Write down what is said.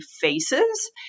faces